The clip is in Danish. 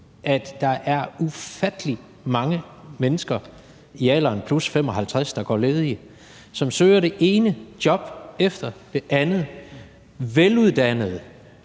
at der er ufattelig mange mennesker i alderen plus 55, der går ledige, som søger det ene job efter det andet. De er veluddannede,